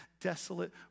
desolate